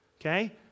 Okay